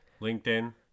linkedin